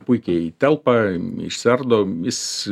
puikiai telpa išsiardo jis